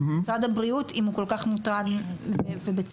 משרד הבריאות אם הוא כל כך מוטרד ובצדק,